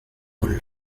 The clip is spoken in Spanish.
con